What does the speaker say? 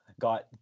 got